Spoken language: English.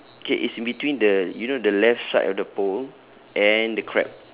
okay it's in between the you know the left side of the pole and the crab